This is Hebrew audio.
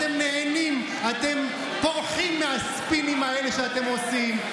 אתם נהנים, אתם פורחים מהספינים האלה שאתם עושים.